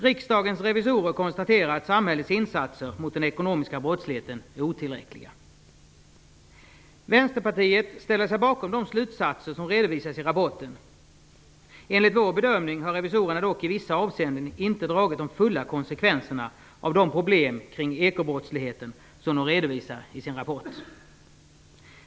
Riksdagens revisorer konstaterar att samhällets insatser mot den ekonomiska brottsligheten är otillräckliga. Vänsterpartiet ställer sig bakom de slutsatser som redovisas i rapporten. Enligt vår bedömning har revisorerna dock i vissa avseenden inte dragit de fulla konsekvenserna av de problem kring ekobrottsligheten som de redovisar i sin rapport.